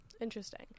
Interesting